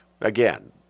Again